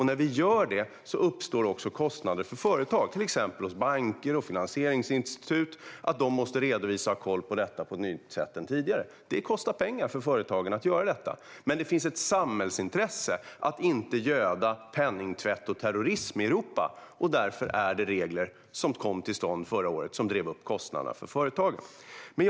När vi gör det uppstår också kostnader för företag, till exempel hos banker och finansieringsinstitut som måste redovisa och ha koll på detta på ett annat sätt än tidigare. Det kostar pengar för företagen att göra detta, men det finns ett samhällsintresse att inte göda penningtvätt och terrorism i Europa. Därför finns de regler som kom till stånd förra året och som drev upp kostnaderna för företagen.